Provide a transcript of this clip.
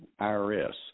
IRS